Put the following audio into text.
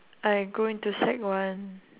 I go into sec one